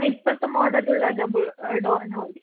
ആ ഇപ്പഴത്തെ മോഡൽ ഉള്ള ഡബിൾ ഡോർ തന്നെ മതി